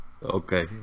Okay